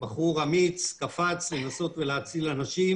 בחור אמיץ קפץ לנסות ולהציל אנשים